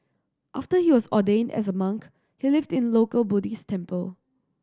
after he was ordained as a monk he lived in a local Buddhist temple